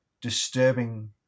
disturbing